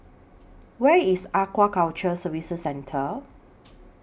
Where IS Aquaculture Services Centre